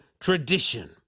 tradition